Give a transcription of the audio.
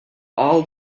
all